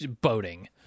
boating